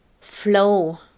flow